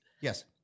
yes